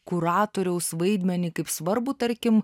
kuratoriaus vaidmenį kaip svarbų tarkim